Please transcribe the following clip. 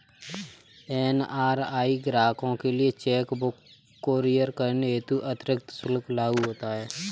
NRI ग्राहकों के लिए चेक बुक कुरियर करने हेतु अतिरिक्त शुल्क लागू होता है